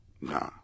nah